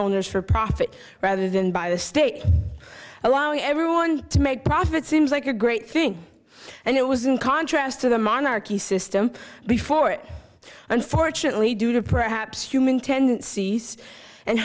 owners for profit rather than by the state allowing everyone to make profit seems like a great thing and it was in contrast to the monarchy system before it unfortunately due to perhaps human tendencies and